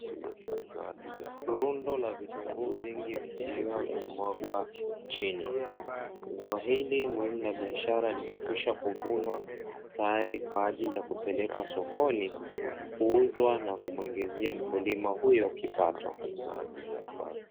Rundo la vitunguu vingi vikiwa vimemwagwa chini. Zao hili muhimu la biashara limekwisha kuvunwa, tayari kwa ajili ya kupelekwa sokoni kuuzwa na kumuingizia mkulima huyo kipato.